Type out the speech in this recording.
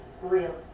real